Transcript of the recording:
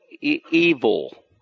evil